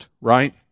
right